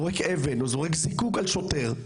אבן או זיקוק על שוטר,